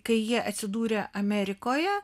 kai jie atsidūrė amerikoje